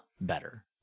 better